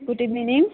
good evening